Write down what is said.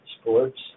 sports